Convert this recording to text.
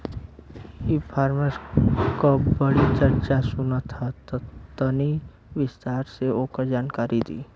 ई कॉमर्स क बड़ी चर्चा सुनात ह तनि विस्तार से ओकर जानकारी दी?